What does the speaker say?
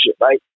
right